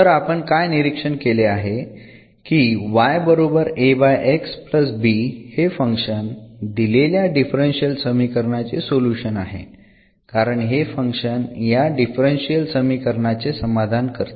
तर आपण काय निरीक्षण केले आहे की हे फंक्शन दिलेल्या डिफरन्शियल समीकरणाचे सोल्युशन आहे कारण हे फंक्शन ह्या डिफरन्शियल समीकरणाचे समाधान करते